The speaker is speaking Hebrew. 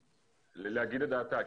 תגיד את דעתה.